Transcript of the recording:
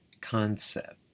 concept